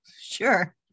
sure